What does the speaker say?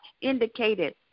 indicated